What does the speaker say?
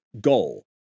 goal